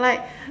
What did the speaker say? like